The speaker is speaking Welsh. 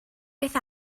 beth